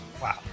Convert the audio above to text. wow